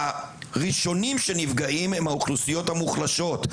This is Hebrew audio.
הראשונים שנפגעים הם האוכלוסיות המוחלשות.